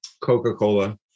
coca-cola